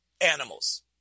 animals